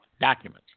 documents